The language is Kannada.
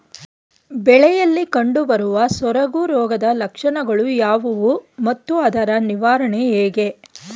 ಬೆಳೆಯಲ್ಲಿ ಕಂಡುಬರುವ ಸೊರಗು ರೋಗದ ಲಕ್ಷಣಗಳು ಯಾವುವು ಮತ್ತು ಅದರ ನಿವಾರಣೆ ಹೇಗೆ?